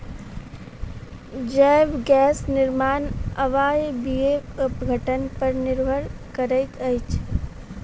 जैव गैस निर्माण अवायवीय अपघटन पर निर्भर करैत अछि